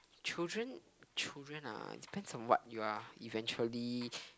children children ah it depends on what you are eventually